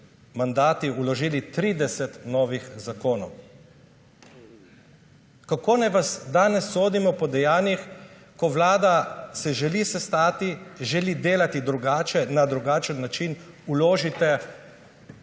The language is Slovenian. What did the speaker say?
mandati, vložili 30 novih zakonov? Kako naj vas danes sodimo po dejanjih? Ko se vlada želi sestati, želi delati drugače, na drugačen način, vložite